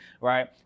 right